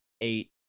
eight